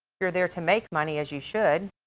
you're there to make money as you should.